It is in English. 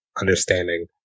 understanding